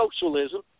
socialism